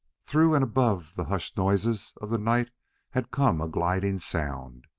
through and above the hushed noises of the night had come a gliding sound.